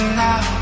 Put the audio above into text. now